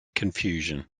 confusion